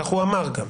כך הוא אמר גם,